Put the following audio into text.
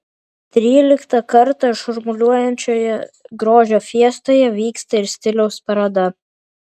tryliktą kartą šurmuliuojančioje grožio fiestoje vyksta ir stiliaus paroda